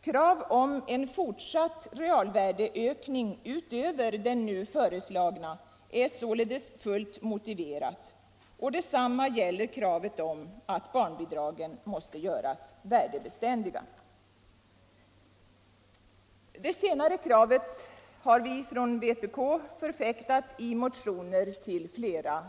Kravet på en fortsatt realvärdeökning utöver den nu föreslagna är således fullt motiverat, och detsamma gäller kravet att barnbidragen skall göras värdebeständiga. Det senare kravet har vi från vpk förfäktat i motioner till flera